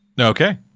okay